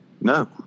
No